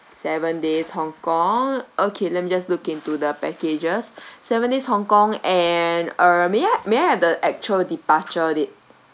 seven days hong kong okay let me just look into the packages seven days hong kong and uh may I may I have the actual departure date